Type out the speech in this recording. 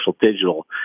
digital